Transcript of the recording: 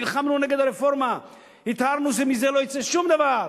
נלחמנו נגד הרפורמה כי תיארנו שמזה לא יצא שום דבר.